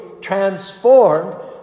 transformed